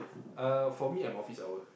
uh for me I'm office hour